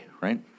right